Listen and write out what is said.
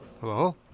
Hello